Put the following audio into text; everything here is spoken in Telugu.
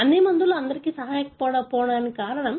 అన్ని మందులు అందరికీ సహాయపడకపోవడానికి కారణం